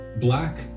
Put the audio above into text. black